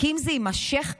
כי אם זה יימשך כך,